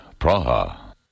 Praha